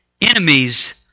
enemies